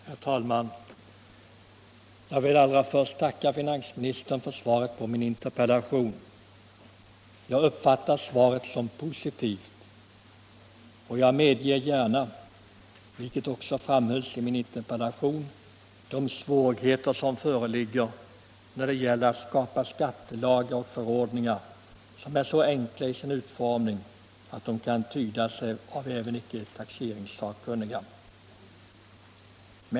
Herr talman! Jag vill allra först tacka finansministern för svaret på min interpellation. Jag uppfattar svaret som positivt. Jag medger gärna, vilket också framhölls i min interpellation, de svårigheter som föreligger när det gäller att skapa skattelagar och förordningar som är så enkla i sin utformning att de kan tydas även av icke taxeringssakkunniga.